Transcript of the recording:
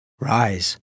Rise